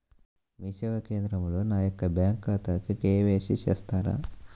మీ సేవా కేంద్రంలో నా యొక్క బ్యాంకు ఖాతాకి కే.వై.సి చేస్తారా?